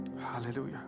Hallelujah